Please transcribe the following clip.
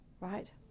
Right